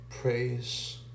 Praise